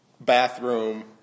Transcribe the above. bathroom